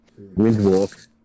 Windwalk